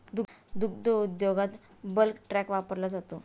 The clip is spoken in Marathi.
दुग्ध उद्योगात बल्क टँक वापरला जातो